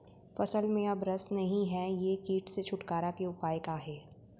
फसल में अब रस नही हे ये किट से छुटकारा के उपाय का हे?